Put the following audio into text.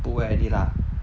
edit lah